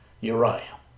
Uriah